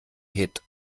hit